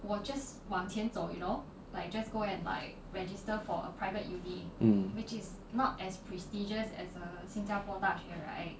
mm